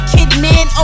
Kidman